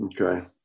Okay